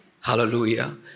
Hallelujah